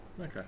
Okay